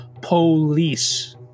police